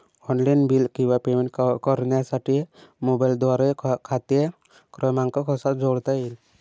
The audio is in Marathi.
ऑनलाईन बिल किंवा पेमेंट करण्यासाठी मोबाईलद्वारे खाते क्रमांक कसा जोडता येईल?